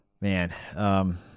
Man